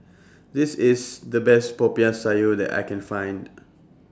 This IS The Best Popiah Sayur that I Can Find